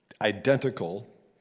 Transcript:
identical